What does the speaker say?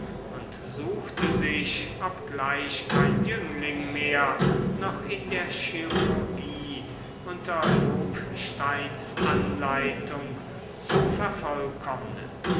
und suchte sich obgleich kein jüngling mehr noch in der chirurgie unter lobsteins anleitung zu vervollkommnen